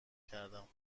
کردم